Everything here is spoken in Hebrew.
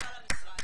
ומנכ"ל המשרד.